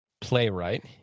playwright